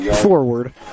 forward